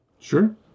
Sure